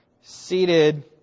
seated